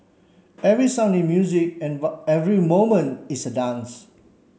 every sound is music every movement is a dance